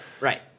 right